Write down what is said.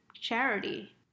charity